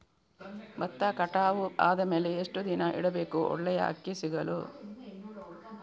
ಭತ್ತ ಕಟಾವು ಆದಮೇಲೆ ಎಷ್ಟು ದಿನ ಇಡಬೇಕು ಒಳ್ಳೆಯ ಅಕ್ಕಿ ಸಿಗಲು?